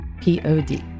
P-O-D